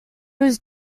was